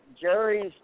Jerry's